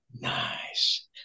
Nice